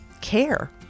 care